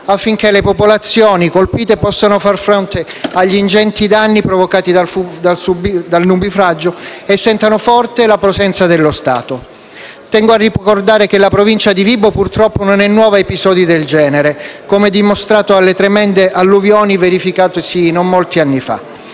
affinché le popolazioni colpite possano far fronte agli ingenti danni provocati dal nubifragio e sentano forte la presenza dello Stato. Tengo a ricordare che la Provincia di Vibo Valentia purtroppo non è nuova ad episodi del genere, come dimostrato dalle tremende alluvioni verificatesi non molti anni fa.